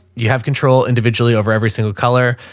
you have control individually over every single color.